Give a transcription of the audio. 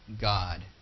God